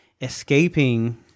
escaping